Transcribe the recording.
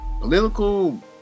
political